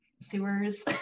sewers